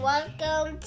Welcome